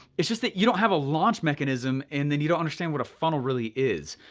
it's just that you don't have a launch mechanism, and then you don't understand what a funnel really is.